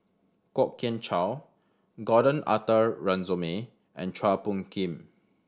Kwok Kian Chow Gordon Arthur Ransome and Chua Phung Kim